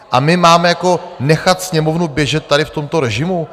A my máme nechat Sněmovnu běžet tady v tomto režimu?